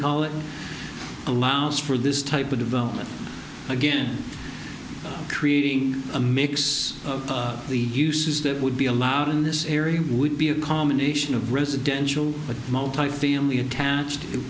call it allows for this type of development again creating a mix of the uses that would be allowed in this area would be a combination of residential multifamily attached